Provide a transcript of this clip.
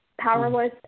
powerless